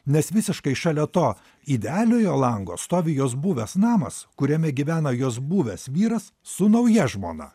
nes visiškai šalia to idealiojo lango stovi jos buvęs namas kuriame gyvena jos buvęs vyras su nauja žmona